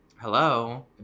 Hello